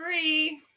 three